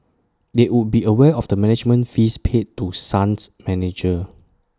they would be aware of the management fees paid to sun's manager